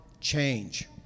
change